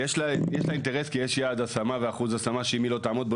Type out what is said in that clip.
יש לה אינטרס כי יש יעד השמה ואחוז השמה שאם היא לא תעמוד בו,